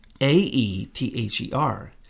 A-E-T-H-E-R